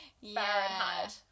Fahrenheit